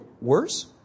worse